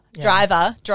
driver